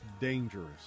dangerous